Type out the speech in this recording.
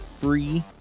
free